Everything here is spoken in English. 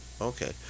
okay